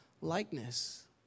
likeness